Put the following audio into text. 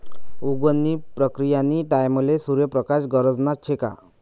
उगवण नी प्रक्रीयानी टाईमले सूर्य प्रकाश गरजना शे का